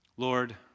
Lord